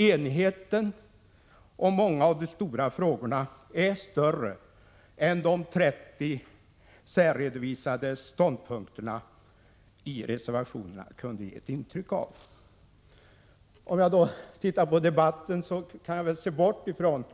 Enigheten i många av de stora frågorna är större än de 30 särredovisade ståndpunkterna i reservationerna ger ett intryck av. I den här debatten kan man nog bortse från